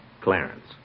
Clarence